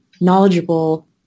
knowledgeable